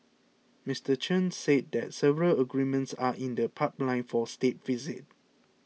Mister Chen said that several agreements are in the pipeline for State Visit